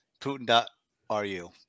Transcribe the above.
Putin.ru